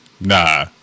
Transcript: Nah